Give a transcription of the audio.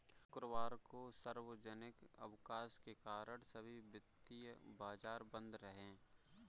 शुक्रवार को सार्वजनिक अवकाश के कारण सभी वित्तीय बाजार बंद रहे